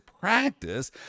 practice